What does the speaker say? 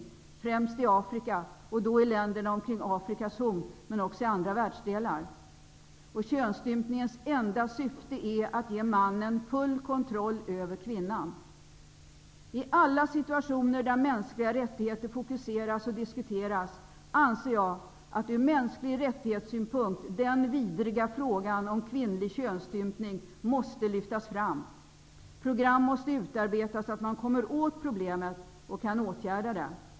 Det sker främst i Afrika, i länderna kring Afrikas Horn, men också i andra världsdelar. Könsstympningens enda syfte är att ge mannen full kontroll över kvinnan. I alla situationer där mänskliga rättigheter fokuseras och diskuteras anser jag att från mänsklig rättighetssynpunkt den vidriga frågan om kvinnlig könsstympning måste lyftas fram. Program måste utarbetas, så att man kommer åt problemet och kan åtgärda det.